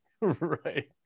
Right